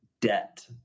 debt